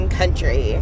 country